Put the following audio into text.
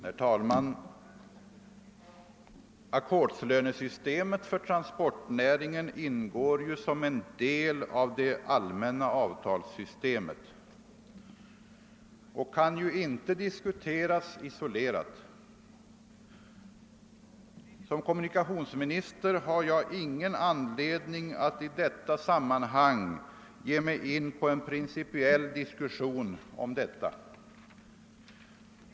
Herr talman! Ackordslönesystemet för transportnäringen ingår som en del i det allmänna avtalssystemet och kan inte diskuteras isolerat. Som kommunikationsminister har jag ingen anledning att i detta sammanhang ge mig in på en principiell diskussion härom.